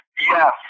Yes